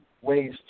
ways